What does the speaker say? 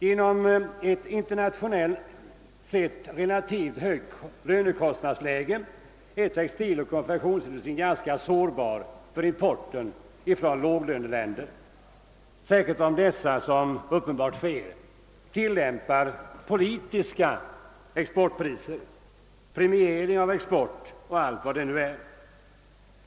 Genom ett internationellt sett relativt högt lönekostnadsläge är textiloch konfektionsindustrin ganska sårbar för importen från låglöneländerna, särskilt om dessa — vilket uppenbarligen sker — tillämpar politiska exportpriser, premiering av export och allt vad det nu är.